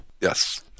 Yes